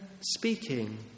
speaking